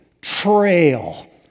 trail